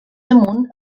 amunt